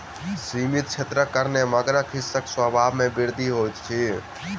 सीमित क्षेत्रक कारणेँ मगरक हिंसक स्वभाव में वृद्धि होइत अछि